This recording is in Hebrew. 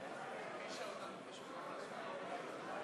חוק-יסוד: הכנסת (תיקון מס' 42 והוראת שעה),